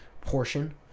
portion